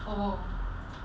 oh